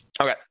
okay